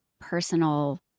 personal